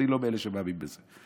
אני לא מאלה שמאמינים בזה,